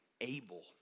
able